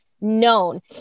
known